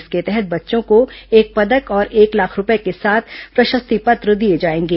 इसके तहत बच्चों को एक पदक और एक लाख रूपये के साथ प्रशस्ति पत्र दिए जाएंगे